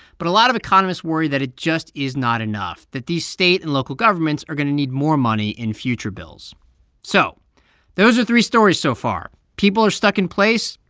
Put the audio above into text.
but a lot of economists worry that it just is not enough, that these state and local governments are going to need more money in future bills so those are three stories so far. people are stuck in place.